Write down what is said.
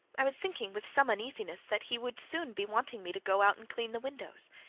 i was thinking with some uneasiness that he would soon be wanting me to go out and clean the windows,